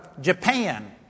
Japan